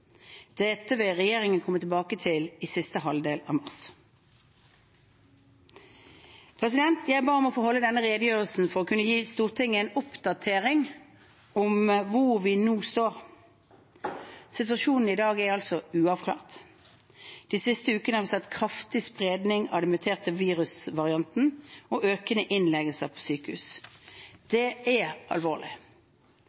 Dette vil regjeringen komme tilbake til i siste halvdel av mars. Jeg ba om å få holde denne redegjørelsen for å kunne gi Stortinget en oppdatering om hvor vi nå står. Situasjonen er i dag altså uavklart. De siste ukene har vi sett kraftig spredning av den muterte virusvarianten og økende innleggelser på sykehus.